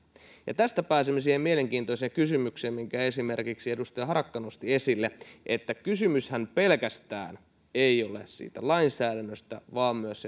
ja tästä pääsemme siihen mielenkiintoiseen kysymykseen minkä esimerkiksi edustaja harakka nosti esille että kysymyshän ei pelkästään ole siitä lainsäädännöstä vaan myös